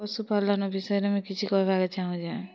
ପଶୁ ପାଲନ୍ ବିଷୟରେ ମୁଇଁ କିଛି କହିବାକେ ଚାହୁଁଛେ